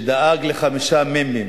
דאג לחמישה מ"מים: